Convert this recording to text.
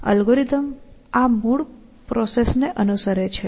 algorithm આ એક મૂળ પ્રોસેસ ને અનુસરે છે